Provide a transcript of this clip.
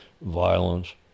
violence